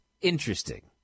interesting